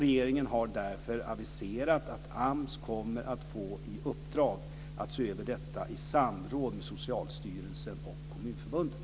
Regeringen har därför aviserat att AMS kommer att få i uppdrag att se över detta i samråd med Socialstyrelsen och Kommunförbundet.